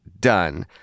done